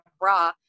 bra